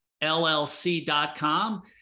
LLC.com